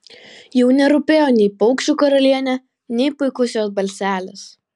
jau nerūpėjo nei paukščių karalienė nei puikus jos balselis